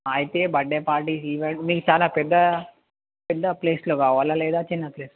అయితే birthday parties event మీకు చాలా పెద్ద పెద్ద ప్లేస్లో కావాలా లేదా చిన్నప్లేస్